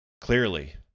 Clearly